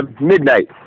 midnight